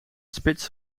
spits